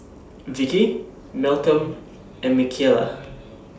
Vicki Malcom and Michaela